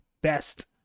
best